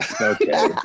Okay